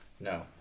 No